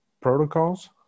protocols